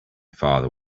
father